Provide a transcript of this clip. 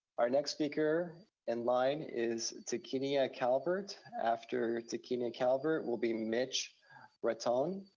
our next speaker in line is takinia calvert. after takinia calvert will be mitch raton.